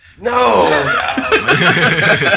No